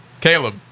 Caleb